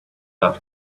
that